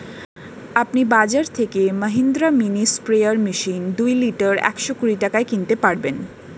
আপনি বাজর থেকে মহিন্দ্রা মিনি স্প্রেয়ার মেশিন দুই লিটার একশো কুড়ি টাকায় কিনতে পারবেন